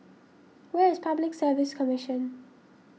where is Public Service Commission